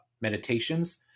meditations